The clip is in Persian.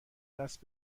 دست